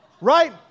right